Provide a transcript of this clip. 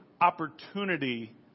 opportunity